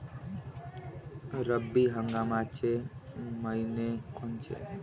रब्बी हंगामाचे मइने कोनचे?